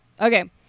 Okay